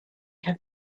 have